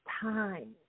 time